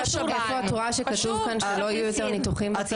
איפה את רואה שכתוב כאן שלא יהיו יותר ניתוחים בציבורי?